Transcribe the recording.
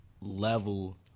level